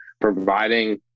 providing